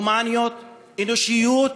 הומניות, אנושיות